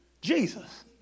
Jesus